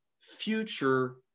future